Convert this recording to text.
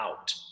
out